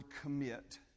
commit